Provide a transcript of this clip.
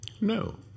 No